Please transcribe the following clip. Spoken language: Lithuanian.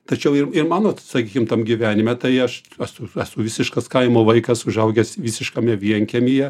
tačiau ir ir mano sakykim tam gyvenime tai aš esu esu visiškas kaimo vaikas užaugęs visiškame vienkiemyje